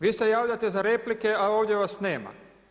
Vi se javljate za replike a ovdje vas nema.